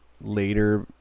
later